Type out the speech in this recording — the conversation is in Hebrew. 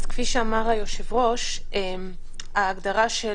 אז כפי שאמר היושב ראש, ההגדרה של